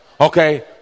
Okay